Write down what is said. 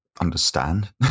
understand